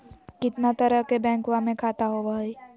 कितना तरह के बैंकवा में खाता होव हई?